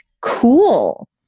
cool